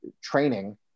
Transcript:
training